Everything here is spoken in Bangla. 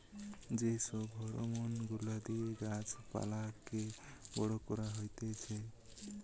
যে সব হরমোন গুলা দিয়ে গাছ পালাকে বড় করা হতিছে